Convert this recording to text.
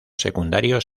secundarios